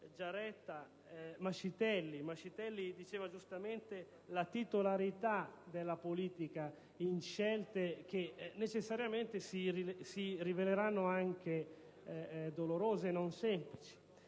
Giaretta e Mascitelli; quest'ultimo giustamente ricordava la titolarità della politica in scelte che necessariamente si riveleranno anche dolorose e non semplici.